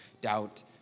doubt